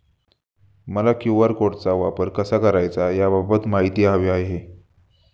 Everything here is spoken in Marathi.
मला क्यू.आर कोडचा वापर कसा करायचा याबाबत माहिती हवी आहे